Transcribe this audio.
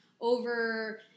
over